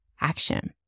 action